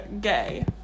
gay